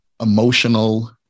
emotional